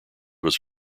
was